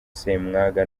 ssemwanga